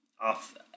off